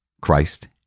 Christ